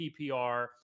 PPR